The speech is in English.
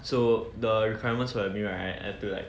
so the requirements will be right up to like